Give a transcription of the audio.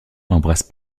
embrasse